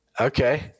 Okay